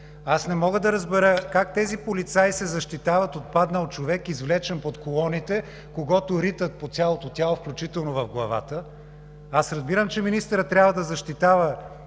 Аз не мога да разбера как тези полицаи се защитават от паднал човек, извлечен от под колоните, когото ритат по цялото тяло, включително в главата?! Аз разбирам, че министърът трябва да защитава